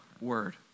word